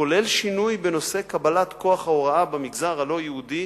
כולל שינוי בנושא קבלת כוח ההוראה במגזר הלא-יהודי,